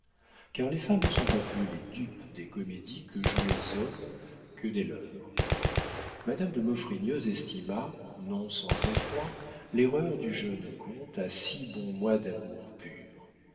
car les femmes ne sont pas plus les dupes des comédies que jouent les hommes que des leurs madame de maufrigneuse estima non sans effroi l'erreur du jeune comte à six bons mois d'amour pur